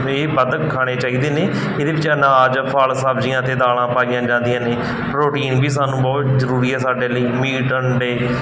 ਵੀ ਵੱਧ ਖਾਣੇ ਚਾਹੀਦੇ ਨੇ ਇਹਦੇ ਵਿਚ ਅਨਾਜ ਫਲ ਸਬਜ਼ੀਆਂ ਅਤੇ ਦਾਲਾਂ ਪਾਈਆਂ ਜਾਂਦੀਆਂ ਨੇ ਪ੍ਰੋਟੀਨ ਵੀ ਸਾਨੂੰ ਬਹੁਤ ਜ਼ਰੂਰੀ ਹੈ ਸਾਡੇ ਲਈ ਮੀਟ ਅੰਡੇ